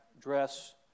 dress